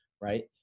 right